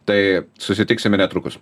tai susitiksime netrukus